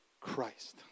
Christ